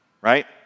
Right